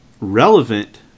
relevant